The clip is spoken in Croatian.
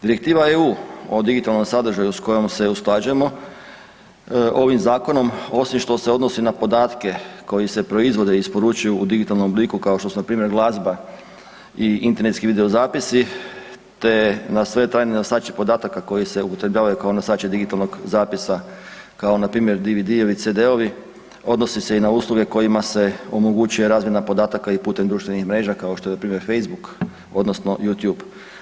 Direktiva EU o digitalnom sadržaju s kojom se usklađujemo ovim zakonom osim što se odnosi na podatke koji se proizvode i isporučuju u digitalnom obliku kao što su npr. glazba i internetski videozapisi, te na sve trajne nosače podataka koji se upotrebljavaju kao nosači digitalnog zapisa kao npr. DVD-ovi i CD-ovi odnosi se i na usluge kojima se omogućuje razmjena podataka i putem društvenih mreža kao što je npr. Facebook odnosno Youtube.